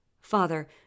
Father